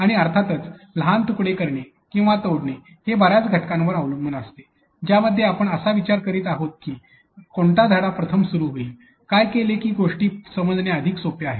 आणि अर्थातच लहान तुकडे करणे किंवा तोडणे हे बर्याच घटकांवर अवलंबून असते ज्यामध्ये आपण असा विचार करीत आहोत की कोणता धडा प्रथम सुरू होईल काय केले की गोष्टी समजणे अधिक सोपे आहे